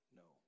no